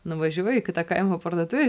nuvažiuoju į kitą kaimo parduotuvę